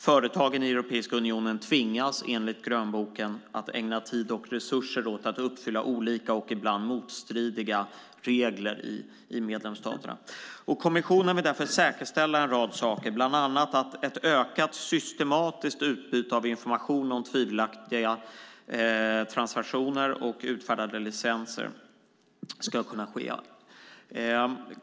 Företagen i Europeiska unionen tvingas, enligt grönboken, ägna tid och resurser åt att uppfylla olika och ibland motstridiga regler i medlemsstaterna. Kommissionen vill därför säkerställa en rad saker, bland annat att ett ökat systematiskt utbyte av information om tvivelaktiga transaktioner och utfärdade licenser ska kunna ske.